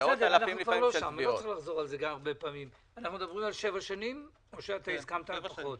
אנחנו מדברים על שבע שנים או שאתה הסכמת על פחות?